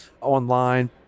online